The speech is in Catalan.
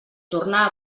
tornar